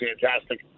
fantastic